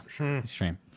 extreme